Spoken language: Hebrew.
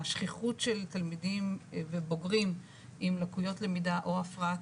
השכיחות של תלמידים ובוגרים עם לקויות למידה או הפרעת